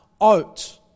out